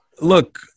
look